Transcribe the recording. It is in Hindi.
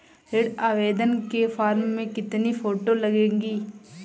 ऋण आवेदन के फॉर्म में कितनी फोटो लगेंगी?